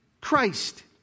Christ